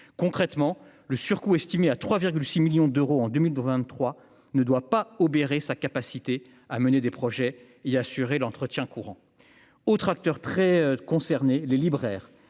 concrètement, le surcoût estimé à 3,6 millions d'euros en 2023 ne doit pas obérer sa capacité à mener des projets il assurer l'entretien courant, autre acteur très concerné les libraires,